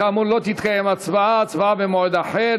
כאמור, לא תתקיים הצבעה, ההצבעה במועד אחר.